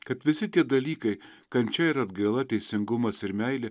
kad visi tie dalykai kančia ir atgaila teisingumas ir meilė